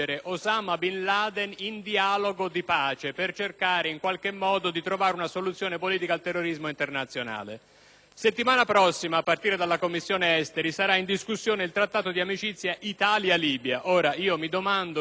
settimana prossima, a partire dalla Commissione affari esteri, sarà in discussione il Trattato di amicizia Italia-Libia. Mi domando se si debbano dare cinque miliardi del contribuente a qualcuno che vuole combattere, o forse no,